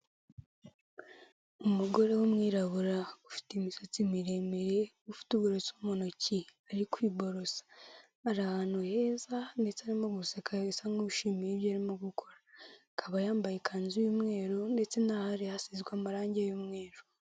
Umugore w'umwirabura ufite imisatsi miremire, ufite uburoso mu ntoki ari kwiborosa, ari ahantu heza ndetse arimo guseka asa nk'uwishimiye ibyo ari gukora, akaba yambaye ikanzu y'umweru ndetse n'aho ari hasizwe amarangi y'umweru.